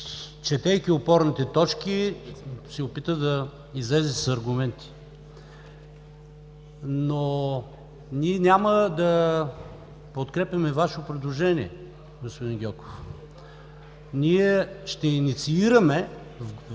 четейки опорните точки, се опита да излезе с аргументи. Ние няма да подкрепим Ваше предложение, господин Гьоков. Ние ще инициираме в